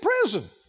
prison